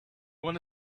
wanna